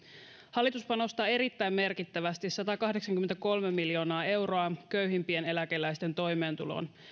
hallitus panostaa erittäin merkittävästi satakahdeksankymmentäkolme miljoonaa euroa köyhimpien eläkeläisten toimeentuloon